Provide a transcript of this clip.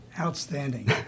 Outstanding